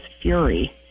Fury